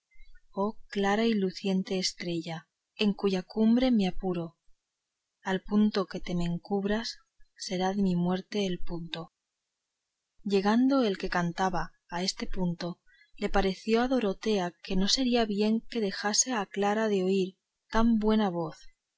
oh clara y luciente estrella en cuya lumbre me apuro al punto que te me encubras será de mi muerte el punto llegando el que cantaba a este punto le pareció a dorotea que no sería bien que dejase clara de oír una tan buena voz